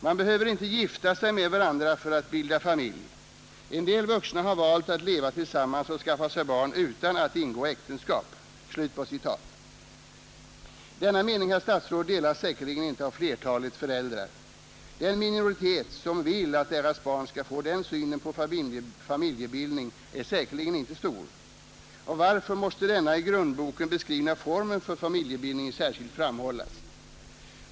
: ”Man behöver inte gifta sig med varandra för att bilda familj. En del vuxna har valt att leva tillsammans och skaffa sig barn utan att ingå äktenskap.” Denna mening, herr statsråd, delas säkerligen inte av flertalet föräldrar. Det är nog en minoritet som vill att deras barn skall få den synen på familjebildning. Varför måste denna i grundboken beskrivna form för familjebildning särskilt framhållas?